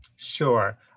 Sure